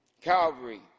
Calvary